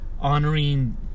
honoring